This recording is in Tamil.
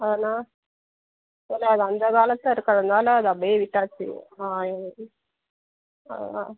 ஆனா இல்லைல்ல அது அந்த காலத்தில் இருக்கிறனால அதை அப்படியே விட்டாச்சு